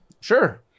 sure